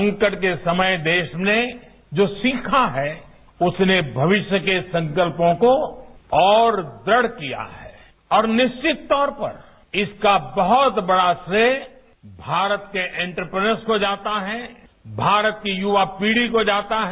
संकट के समय देश में जो सीखा है उसने भविष्य के संकल्पों को और दृढ़ किया है और निश्चित तौर पर इसका बहुत बड़ा श्रेय भारत के एंटरप्रेस को जाता है भारत की युवा पीढ़ी को जाता है